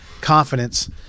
confidence